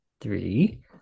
three